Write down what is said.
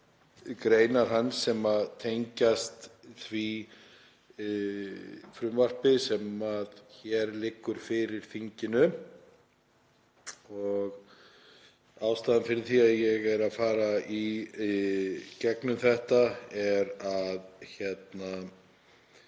greinar hans sem tengjast því frumvarpi sem liggur fyrir þinginu. Ástæðan fyrir því að ég er að fara í gegnum þetta er sú að